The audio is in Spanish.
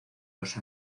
los